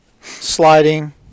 sliding